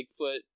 Bigfoot